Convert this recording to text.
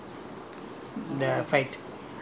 mm it happened somewhere around there